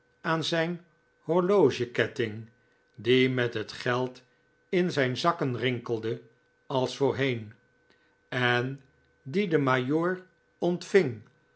aan zijn horlogeketting die met het geld in zijn zakken rinkelde als voorheen en die den majoor ontving